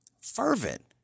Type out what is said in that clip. fervent